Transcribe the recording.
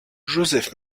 joseph